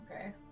Okay